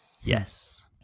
yes